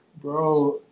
Bro